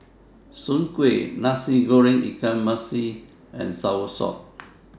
Soon Kueh Nasi Goreng Ikan Masin and Soursop